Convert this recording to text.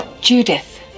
Judith